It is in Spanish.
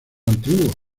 antiguo